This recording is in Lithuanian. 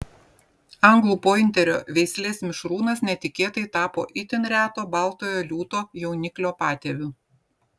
anglų pointerio veislės mišrūnas netikėtai tapo itin reto baltojo liūto jauniklio patėviu